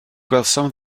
gwelsom